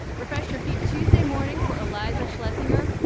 refresh your feed tuesday morning for iliza schlesinger.